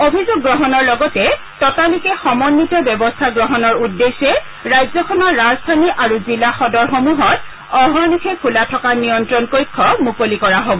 অভিযোগ গ্ৰহণৰ লগতে ততালিকে সমন্বিত ব্যৱস্থা গ্ৰহণৰ উদ্দেশ্যে ৰাজ্যখনৰ ৰাজধানী আৰু জিলা সদৰসমূহত অহৰ্নিশে খোলা থকা নিয়ন্ত্ৰণ কক্ষ মুকলি কৰা হব